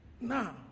Now